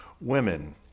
women